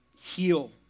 heal